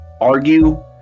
argue